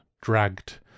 dragged